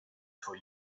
for